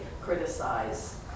criticize